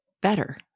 better